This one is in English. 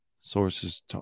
Sources